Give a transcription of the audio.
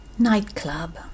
Nightclub